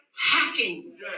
hacking